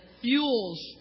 fuels